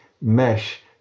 mesh